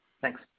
Thanks